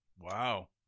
Wow